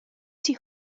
she